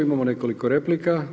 Imamo nekoliko replika.